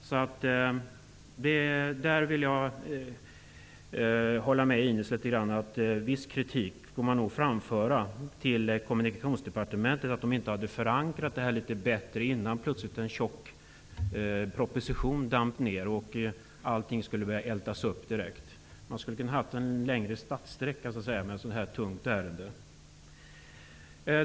Jag instämmer med Ines Uusmann när det gäller att viss kritik nog får riktas mot Kommunikationsdepartementet för att det inte hade förankrat frågan litet bättre innan plötsligt en tjock proposition damp ned och allt direkt skulle börja bearbetas. Man skulle ha kunnat få en längre startsträcka för ett så tungt ärende.